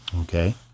Okay